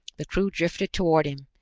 the crew drifted toward him,